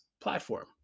platform